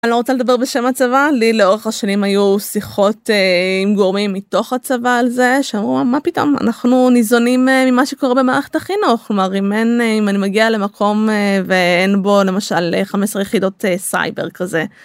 אני לא רוצה לדבר בשם הצבא. לי לאורך השנים היו שיחות עם גורמים מתוך הצבא על זה שאמרו מה פתאום אנחנו ניזונים ממה שקורה במערכת החינוך כלומר אם אין אם אני מגיע למקום ואין בו למשל 15 יחידות סייבר כזה.